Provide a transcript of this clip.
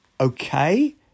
Okay